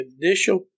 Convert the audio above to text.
initial